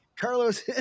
Carlos